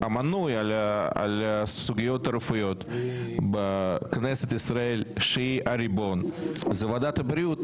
המנוי על הסוגיות הרפואיות בכנסת ישראל שהיא הריבון זה ועדת הבריאות.